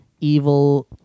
evil